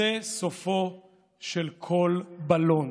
זה סופו של כל בלון.